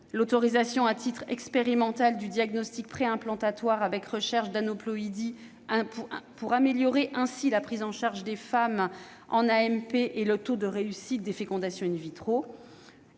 l'autorisation à titre expérimental du diagnostic préimplantatoire pour la recherche d'aneuploïdies en vue d'améliorer la prise en charge des femmes en AMP et le taux de réussite des fécondations, sur